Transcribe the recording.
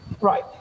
Right